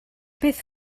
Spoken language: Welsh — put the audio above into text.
beth